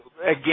Again